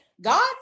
God